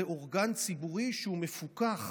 זה אורגן ציבורי שהוא מפוקח,